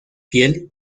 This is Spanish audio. piel